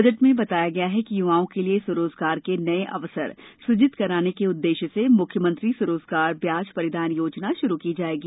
budget में बताया गया कि युवाओं के लिए स्व रोजगार के नए अवसर सृजित कराने के उद्देश्य से मुख्यमंत्री स्वरोजगार ब्याज परिदान योजना शुरू की जाएगी